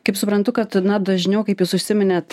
kaip suprantu kad na dažniau kaip jūs užsiminėt